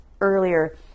earlier